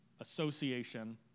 Association